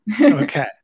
Okay